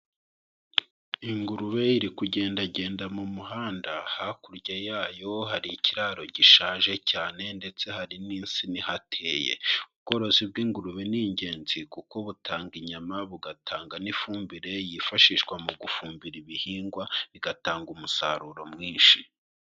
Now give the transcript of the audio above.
Ingurube iri kugendagenda mu muhanda, hakurya yayo hari ikiraro gishaje cyane ndetse hari n'insina ihateye, ubworozi bw'ingurube ni ingenzi kuko butanga inyama bugatanga n'ifumbire yifashishwa mu gufumbira ibihingwa bigatanga umusaruro mwinshi.